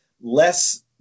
less